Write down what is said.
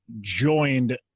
joined